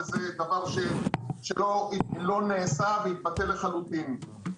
אבל בסוף זה התבטל לחלוטין.